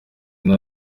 nta